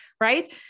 right